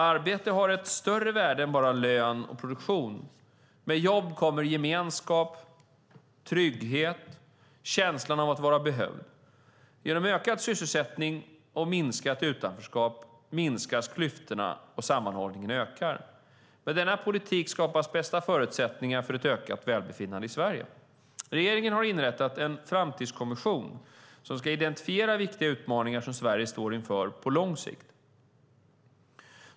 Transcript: Arbete har ett större värde än bara lön och produktion. Med jobb kommer gemenskap, trygghet och känslan av att vara behövd. Genom ökad sysselsättning och minskat utanförskap minskas klyftorna och sammanhållningen ökar. Med denna politik skapas de bästa förutsättningarna för ett ökat välbefinnande i Sverige. Regeringen har inrättat en framtidskommission för att identifiera viktiga utmaningar som Sverige står inför på längre sikt.